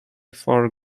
for